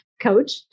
coach